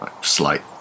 slight